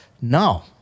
no